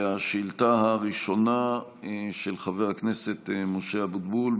השאילתה הראשונה היא של חבר הכנסת משה אבוטבול,